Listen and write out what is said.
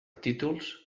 títols